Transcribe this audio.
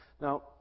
Now